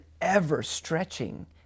ever-stretching